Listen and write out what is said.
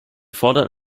fordern